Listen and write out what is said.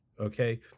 Okay